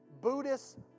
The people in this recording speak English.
Buddhist